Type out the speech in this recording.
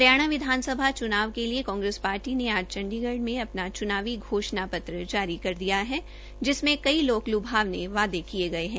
हरियाणा विधानसभा च्नाव के लिए कांग्रेस पार्टी ने आज चंडीगढ़ में च्नावी घोषणा पत्र जारी कर दिया है जिसमें कई लोक लुभावने वादे किये गये है